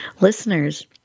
listeners